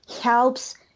helps